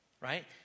Right